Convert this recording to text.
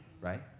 right